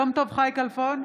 יום טוב חי כלפון,